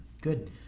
good